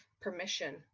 permission